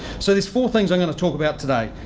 so, there's four things i'm going to talk about today,